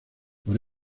por